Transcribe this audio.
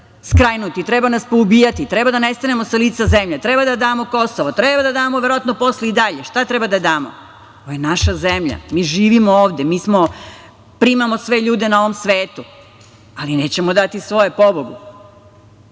treba nas poubijati, treba da nestanemo sa lica zemlje, treba da damo Kosovo, treba da damo verovatno i posle i dalje, šta treba da damo? Ovo je naša zemlja, mi živimo ovde. Mi smo, primamo sve ljude na ovom svetu, ali nećemo dati svoje, pobogu.